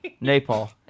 Nepal